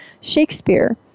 Shakespeare